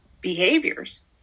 behaviors